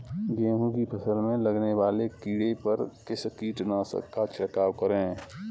गेहूँ की फसल में लगने वाले कीड़े पर किस कीटनाशक का छिड़काव करें?